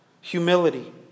humility